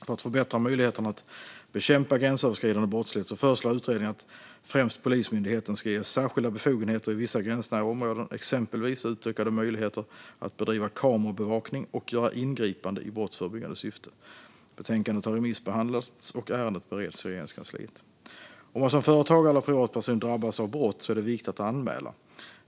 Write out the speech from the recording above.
För att förbättra möjligheterna att bekämpa gränsöverskridande brottslighet föreslår utredningen att främst Polismyndigheten ska ges särskilda befogenheter i vissa gränsnära områden, exempelvis utökade möjligheter att bedriva kamerabevakning och göra ingripanden i brottsförebyggande syfte. Betänkandet har remissbehandlats, och ärendet bereds i Regeringskansliet. Om man som företagare eller privatperson drabbas av brott är det viktigt att anmäla.